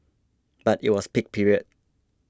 but it was peak period